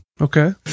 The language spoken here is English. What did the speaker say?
Okay